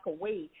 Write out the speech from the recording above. away